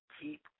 keep